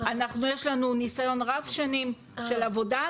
יש לנו ניסיון רב שנים של עבודה,